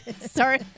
Sorry